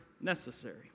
necessary